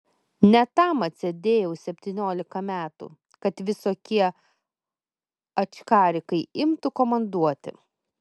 ne tam atsėdėjau septyniolika metų kad visokie ačkarikai imtų komanduoti